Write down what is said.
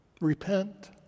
repent